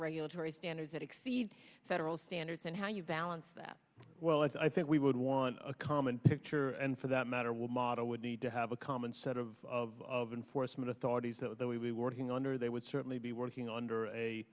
regulatory standards that exceed federal standards and how you balance that well i think we would want a common picture and for that matter would model would need to have a common set of enforcement authorities that we be working under they would certainly be working under a